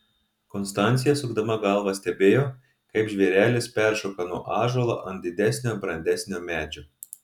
konstancija sukdama galvą stebėjo kaip žvėrelis peršoka nuo ąžuolo ant didesnio brandesnio medžio